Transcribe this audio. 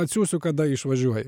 atsiųsiu kada išvažiuoji